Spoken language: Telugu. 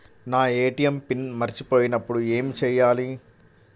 నా ఏ.టీ.ఎం పిన్ మరచిపోయినప్పుడు ఏమి చేయాలి?